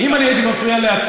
אם אני הייתי מפריע לעצמי,